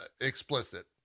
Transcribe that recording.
explicit